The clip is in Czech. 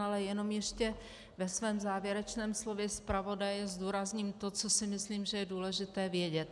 Ale jenom ještě ve svém závěrečném slově zpravodaje zdůrazním to, co si myslím, že je důležité vědět.